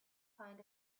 find